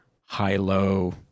high-low